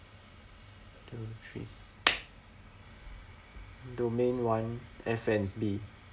two three domain one F&B